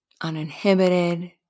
uninhibited